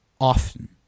often